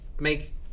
Make